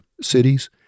cities